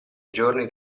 giorni